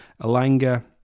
Alanga